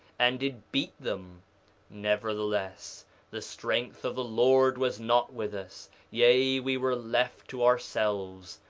and did beat them nevertheless the strength of the lord was not with us yea, we were left to ourselves,